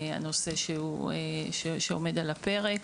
שזה נושא שעומד על הפרק.